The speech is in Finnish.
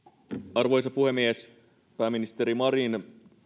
arvoisa puhemies pääministeri marin